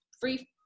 free